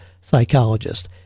psychologist